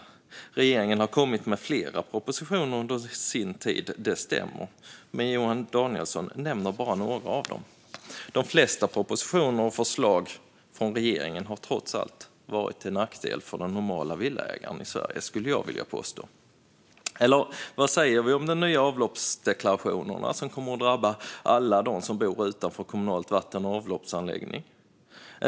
Det stämmer att regeringen har kommit med flera propositioner under sin tid. Men Johan Danielsson nämner bara några av dem. De flesta propositioner och förslag från regeringen har trots allt varit till nackdel för de normala villaägarna i Sverige, skulle jag vilja påstå. Eller vad säger vi om de nya avloppsdeklarationerna, som kommer att drabba alla som bor utanför räckvidden för de kommunala vatten och avloppsavläggningarna?